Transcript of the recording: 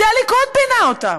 זה הליכוד פינה אותם,